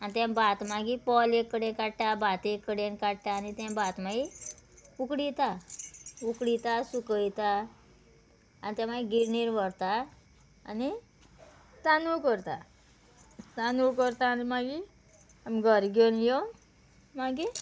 आनी तें भात मागीर पोल एक कडेन काडटा भात एक कडेन काडटा आनी तें भात मागीर उकडिता उकडिता सुकयता आनी तें मागीर गिरणीर व्हरता आनी तांदूळ करता तांदूळ करता आनी मागी आमी घरा घेवन येवन मागीर